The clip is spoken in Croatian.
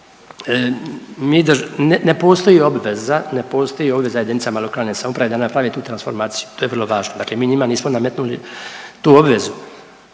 ne postoji obveza, ne postoji obveza jedinicama lokalne samouprave da naprave tu transformaciju to je vrlo važno, dakle mi njima nismo nametnuli tu obvezu.